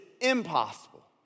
impossible